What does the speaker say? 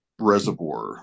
reservoir